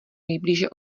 nejblíže